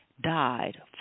died